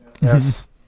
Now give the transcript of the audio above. Yes